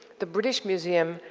the british museum,